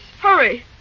Hurry